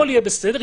הכל יהיה בסדר,